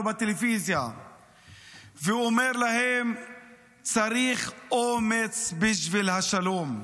בטלוויזיה ואומר להם שצריך אומץ בשביל השלום,